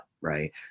right